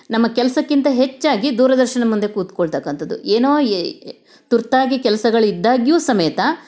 ನಮ್ಮ ಕೆಲಸಕ್ಕಿಂತ ಹೆಚ್ಚಾಗಿ ದೂರದರ್ಶನ ಮುಂದೆ ಕೂತ್ಕೊಳತಕ್ಕಂಥದ್ದು ಏನೋ ಏ ತುರ್ತಾಗಿ ಕೆಲ್ಸಗಳು ಇದ್ದಾಗ್ಯೂ ಸಮೇತ